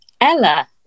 ella